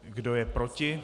Kdo je proti?